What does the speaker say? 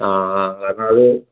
ആ ആ കാരണം അത്